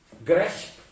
grasp